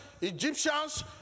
Egyptians